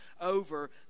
over